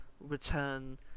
return